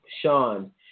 Sean